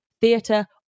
Theatre